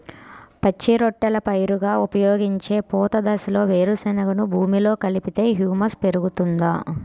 పచ్చి రొట్టెల పైరుగా ఉపయోగించే పూత దశలో వేరుశెనగను భూమిలో కలిపితే హ్యూమస్ పెరుగుతుందా?